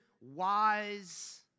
wise